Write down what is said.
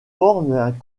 cône